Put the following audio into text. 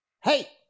Hey